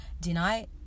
deny